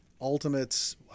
Ultimates